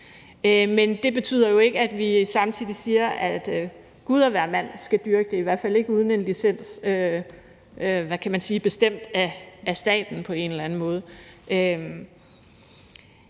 Men det betyder jo ikke, at vi samtidig siger, at Gud og hvermand skal dyrke det, i hvert fald ikke uden en licens, der er, hvad kan man sige, bestemt af staten på en eller anden måde.